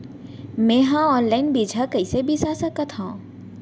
मे हा अनलाइन बीजहा कईसे बीसा सकत हाव